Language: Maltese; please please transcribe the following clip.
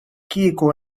kieku